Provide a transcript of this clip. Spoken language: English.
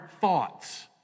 thoughts